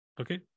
Okay